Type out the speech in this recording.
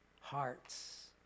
hearts